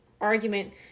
argument